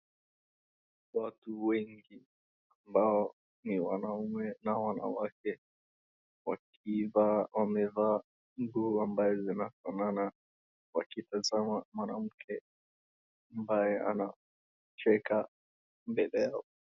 Watu wengi ambao ni wanaume na wanawake wakiwa wamevaa nguo ambazo zinafanana wakitazama mwanamke ambaye anacheka mbele yao.